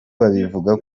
bavuga